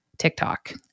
tiktok